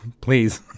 please